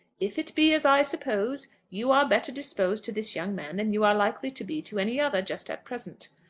if it be as i suppose, you are better disposed to this young man than you are likely to be to any other, just at present.